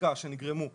בחקיקה שנגרמו בטעות,